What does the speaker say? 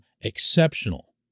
exceptional